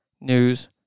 news